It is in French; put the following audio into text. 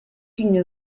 une